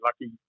lucky